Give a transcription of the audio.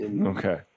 Okay